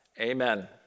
Amen